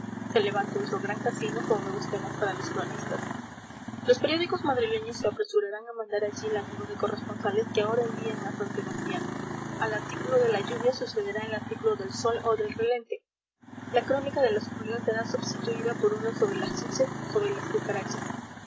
se levante otro gran casino con nuevos temas para los cronistas los periódicos madrileños se apresurarán a mandar allí la nube de corresponsales que ahora envían a san sebastián al artículo de la lluvia sucederá el artículo del sol o del relente la crónica de las pulgas será substituida por una sobre las chinches o sobre las cucarachas